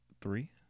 three